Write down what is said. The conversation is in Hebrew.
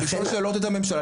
לשאול את הממשלה,